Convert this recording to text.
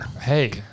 Hey